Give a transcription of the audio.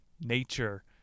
Nature